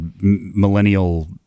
millennial